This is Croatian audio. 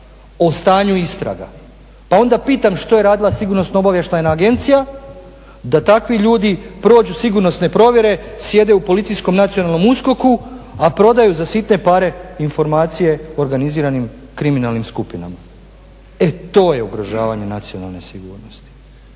o stanju istraga. Pa onda pitam što je radila Sigurnosno-obavještajna agencija da takvi ljudi prođu sigurnosne provjere u policijskom nacionalnom USKOK-u a prodaju za sitne pare informacije organiziranim kriminalnim skupinama. E to je ugrožavanje nacionalne sigurnosti.